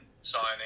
signing